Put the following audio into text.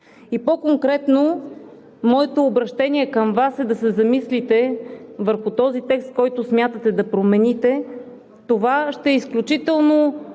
По-конкретно моето обръщение към Вас е да се замислите върху този текст, който смятате да промените. Това ще е изключително